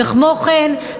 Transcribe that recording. וכמו כן,